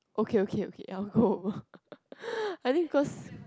okay okay okay I'll go over I think cause